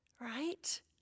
Right